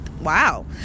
Wow